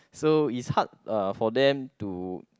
so it's hard uh for them to